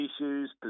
issues